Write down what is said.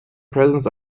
presence